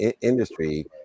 industry